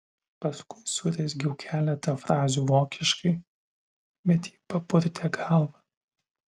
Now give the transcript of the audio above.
paskui surezgiau keletą frazių vokiškai bet ji papurtė galvą